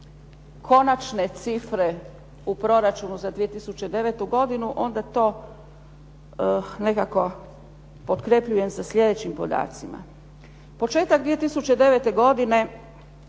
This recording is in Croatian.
konačne cifre u proračunu za 2009. godinu onda to nekako potkrepljujem sa sljedećim podacima. Početak 2009. godine